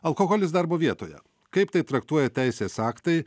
alkoholis darbo vietoje kaip tai traktuoja teisės aktai